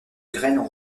graines